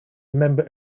member